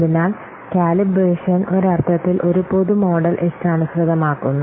അതിനാൽ കാലിബ്രേഷൻ ഒരു അർത്ഥത്തിൽ ഒരു പൊതു മോഡൽ ഇഷ്ടാനുസൃതമാക്കുന്നു